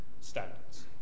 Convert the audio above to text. standards